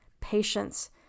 patience